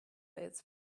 its